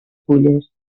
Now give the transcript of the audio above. fulles